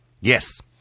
Yes